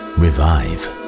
revive